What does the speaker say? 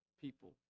people